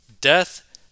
Death